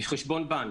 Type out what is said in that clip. בחשבון בנק?